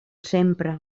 sempre